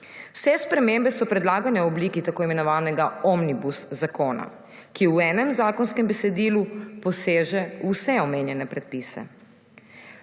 Vse spremembe so predlagane v obliki t.i. omnibus zakona, ki v enem zakonskem besedilu poseže v vse omenjene predpise.